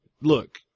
look